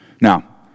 Now